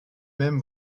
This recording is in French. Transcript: même